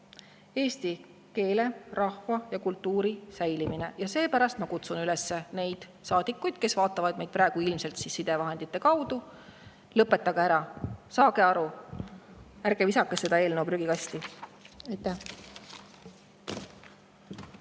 eesti keele, rahva ja kultuuri säilimine. Seepärast ma kutsun üles saadikuid, kes vaatavad meid praegu ilmselt sidevahendite kaudu: lõpetage ära, saage aru, ärge visake seda eelnõu prügikasti!